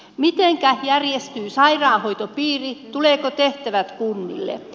mitenkä järjestyy sairaanhoitopiiri tulevatko tehtävät kunnille